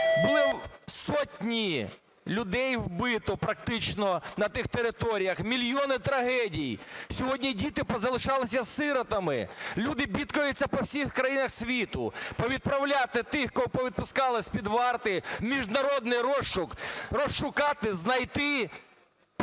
Було сотні людей вбито практично на тих територіях, мільйони трагедій. Сьогодні діти позалишалися сиротами, люди бідкаються по всіх країнах світу. Повідправляти тих, кого повідпускали з-під варти, в міжнародний розшук, розшукати, знайти,